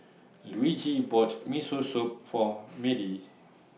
Luigi bought Miso Soup For Madie